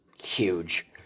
Huge